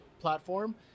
platform